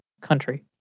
country